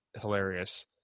hilarious